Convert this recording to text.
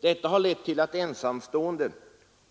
Detta har lett till att ensamstående